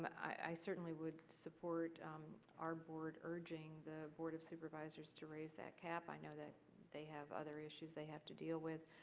but i certainly would support our board urging the board of supervisors to raise that cap. i know they have other issues they have to deal with.